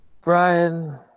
Brian